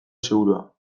segurua